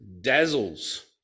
dazzles